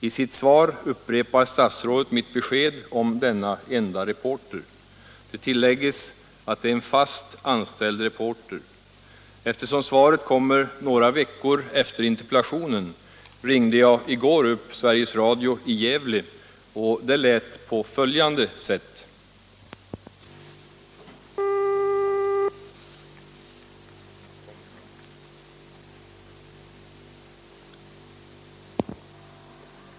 I sitt svar upprepar statsrådet min uppgift om denna enda reporter. Det tilläggs att det är en fast anställd reporter. Eftersom svaret kommer några veckor efter interpellationen ringde jag i går upp Sveriges Radio i Gävle, och det lät på följande sätt.